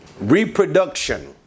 reproduction